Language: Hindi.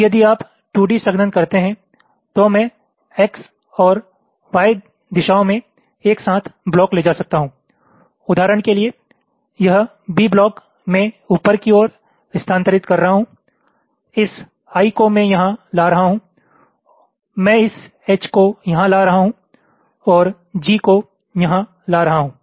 अब यदि आप 2D संघनन करते हैं तो मैं X और Y दिशाओं में एक साथ ब्लॉक ले जा सकता हूं उदाहरण के लिए यह B ब्लॉक मैं ऊपर की ओर स्थानांतरित कर रहा हूं इस I को मैं यहां ला रहा हूं मैं इस H को यहां ला रहा हूं और G को यहां ला रहा हूं